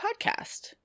podcast